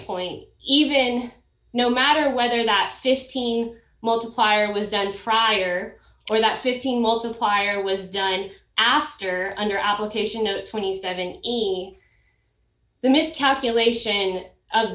point even no matter whether that fifteen multiplier was done prior or that fifteen multiplier was done after under application no twenty seven dollars the miscalculation of